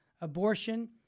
abortion